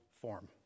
form